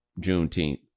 juneteenth